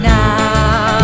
now